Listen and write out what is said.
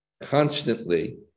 constantly